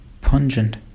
pungent